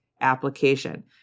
application